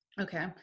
Okay